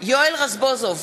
יואל רזבוזוב,